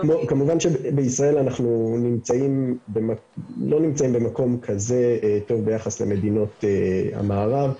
כמובן שבישראל אנחנו לא נמצאים במקום כזה טוב ביחס למדינות המערב.